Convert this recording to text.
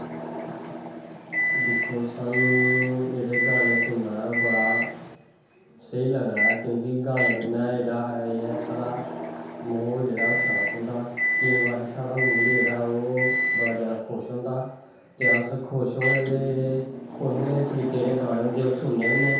दिक्खो जेह्ड़े गानें सुनना स्हेई लगदा ऐ क्योंकि गानैं कन्नैं जेह्ड़ा एह् ऐ साढ़ा महौल जेह्ड़ा शांत होंदा केंई बारी साढ़ा मूड़ जेह्ड़ा ओह् बड़ा जादा खुश होंदा ते अस खुश होनें दे तरीके दे जेह्ड़े गीनें होंदे अस सुननें होने